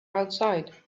outside